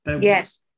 Yes